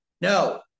No